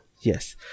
yes